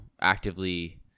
actively